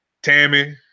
tammy